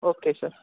okay sir